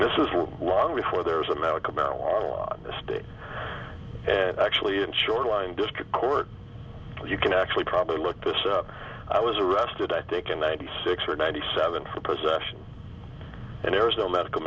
is long before there is a medical marijuana law in the state and actually in shoreline district court you can actually probably look this up i was arrested i think in ninety six or ninety seven for possession and there is no medical